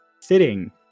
sitting